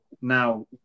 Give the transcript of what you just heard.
now